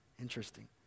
interesting